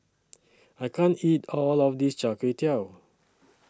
I can't eat All of This Char Kway Teow